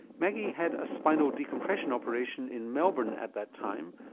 maggie had a spinal decompression operation in melbourne at that time,